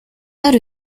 out